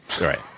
right